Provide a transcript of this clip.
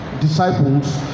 disciples